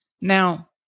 Now